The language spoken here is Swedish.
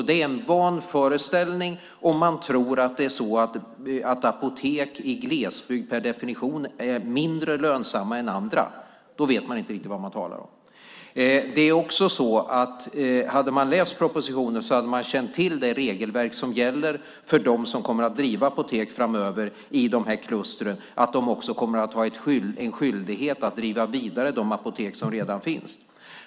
Det är en vanföreställning om man tror att det är så att apotek i glesbygd per definition är mindre lönsamma än andra. Då vet man inte riktigt vad man talar om. Det är också så att hade man läst propositionen hade man känt till det regelverk som gäller för dem som kommer att driva apotek framöver i klustren och att de också kommer att ha en skyldighet att driva vidare de apotek som redan finns.